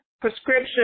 Prescription